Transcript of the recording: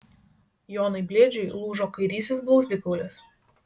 jonui blėdžiui lūžo kairysis blauzdikaulis